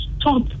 stop